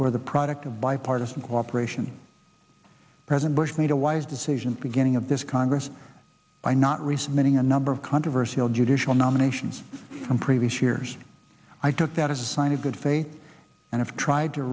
for the product of bipartisan cooperation president bush made a wise decision beginning of this congress by not resubmitting a number of controversy of judicial nominations from previous years i took that as a sign of good faith and i've tried to